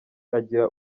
agira